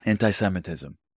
Anti-Semitism